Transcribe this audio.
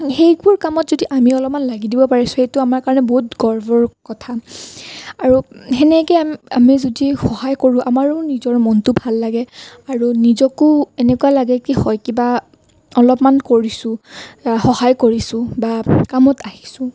সেইবোৰ কামত যদি আমি অলপমান লাগি দিব পাৰিছোঁ সেইটো আমাৰ কাৰণে বহুত গৰ্বৰ কথা আৰু তেনেকৈ আমি যদি সহায় কৰোঁ আমাৰো নিজৰ মনটো ভাল লাগে আৰু নিজকো এনেকুৱা লাগে কি হয় কিবা অলপমান কৰিছো সহায় কৰিছোঁ বা কামত আহিছোঁ